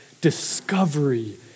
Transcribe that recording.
discovery